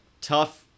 tough